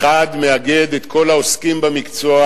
מחד גיסא מאגד את כל העוסקים במקצוע,